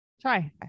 Try